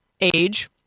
age